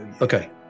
Okay